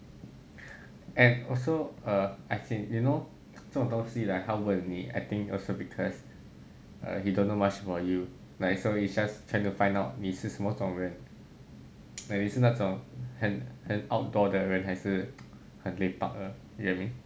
and also uh as in you know 这种东西他问你 I think also because he don't know much about you like so he is just trying to find out 你是什么种人 alike 你是那种很 outdoor 的人还是很 lepak 的 you know what I mean